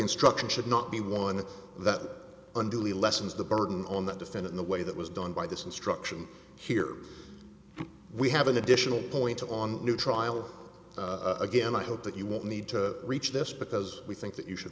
instruction should not be one that under lessons the burden on that defend in the way that was done by this instruction here we have an additional point on new trial again i hope that you won't need to reach this because we think that you should